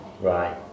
Right